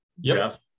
Jeff